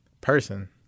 person